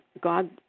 God